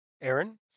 Aaron